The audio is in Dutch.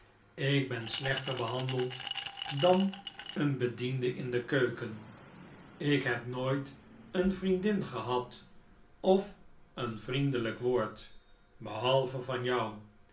ik ben slechter behandeld dan een bediende in de keuken ik heb nooit een vriendin gehad of een vriendelijk woord behalve van jou